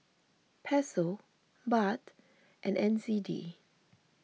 Peso Baht and N Z D